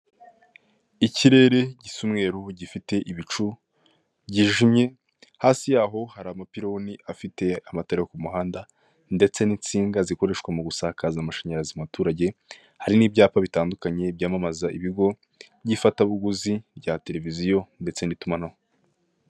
Ikirere gisa umweru gifite ibicu byijimye, hasi yaho hari amapiloni afite amatara yo ku muhanda, ndetse n'insinga zikoreshwa mu gusakaza amashanyarazi mu baturage, hari n'ibyapa bitandukanye byamamaza ibigo by'ifatabuguzi rya televiziyo, ndetse n'itumanaho.